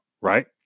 right